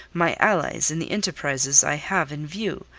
my allies in the enterprises i have in view,